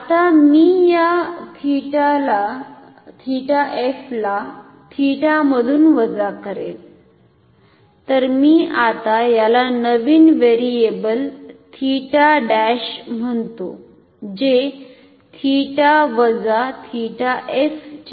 आता मी या 𝜃f ला 𝜃 मधुन वजा करेल तर मी आता याला नवीन व्हेरिएबल 𝜃′ म्हणतो जे च्या बरोबर आहे